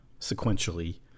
sequentially